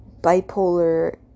bipolar